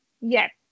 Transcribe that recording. Yes